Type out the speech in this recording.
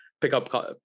pickup